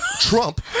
Trump